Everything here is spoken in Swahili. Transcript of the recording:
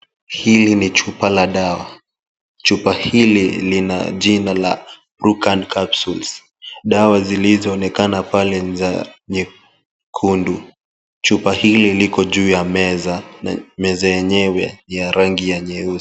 Hili ni chupa la dawa. Chupa hili lina jina la Rucan Capsules. Dawa zilizoonekana pale ni za nyekundu. Chupa hili liko juu ya meza na meza yenyewe ya rangi ya nyeusi.